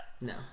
No